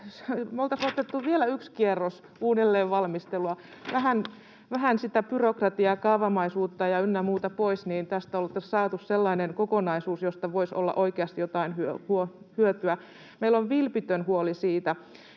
oltaisiin otettu vielä yksi kierros uudelleenvalmistelua, vähän sitä byrokratiaa, kaavamaisuutta ynnä muuta pois, niin tästä oltaisiin saatu sellainen kokonaisuus, josta voisi olla oikeasti jotain hyötyä. Meillä on vilpitön huoli siitä,